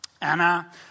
Anna